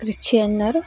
ಕ್ರಿಶ್ಚಿಯನ್ನರು